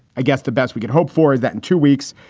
i guess the best we can hope for is that in two weeks,